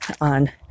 on